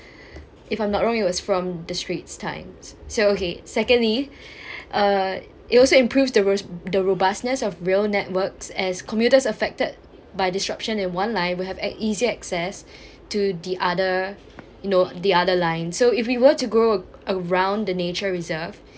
if I'm not wrong it was from the straits times so he secondly uh it also improves the ros~ the robustness of rail networks as commuters affected by disruption in one line will have easy access to the other you know the other line so if we were to go around the nature reserve